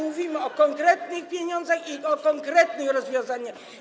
Mówimy o konkretnych pieniądzach i o konkretnych rozwiązaniach.